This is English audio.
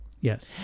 Yes